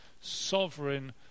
sovereign